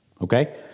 okay